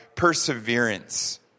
perseverance